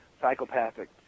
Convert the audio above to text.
psychopathic